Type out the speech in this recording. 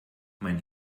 mein